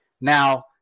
Now